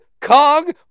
Kong